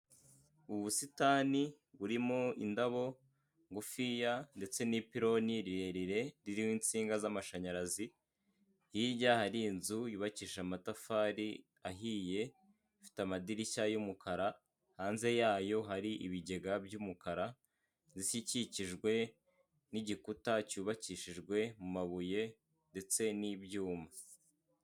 Ubusitani burimo indabo ngufiya ndetse n'ipiloni rirerire ririmo insinga z'amashanyarazi. Hirya hari inzu yubakishije amatafari ahiye, ifite amadirishya y'umukara hanze yayo hari ibigega by'umukara inzu ikikikijwe n'igikuta cyubakishijwe mu mabuye ndetse n'ibyuma.